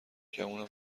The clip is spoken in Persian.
گمونم